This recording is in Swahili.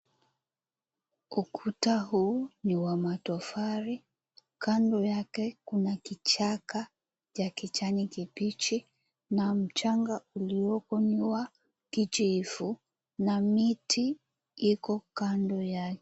Ukuta huu ni wa matofari, kando yake kuna kichaka ya kijani kibichi na mchanga uliopo ni wa kijivu na miti iko kando yake.